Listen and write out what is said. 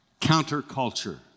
counterculture